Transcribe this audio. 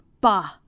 Bah